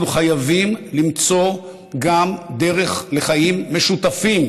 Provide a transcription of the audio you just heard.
אנחנו חייבים למצוא גם דרך לחיים משותפים,